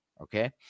okay